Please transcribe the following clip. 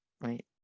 Right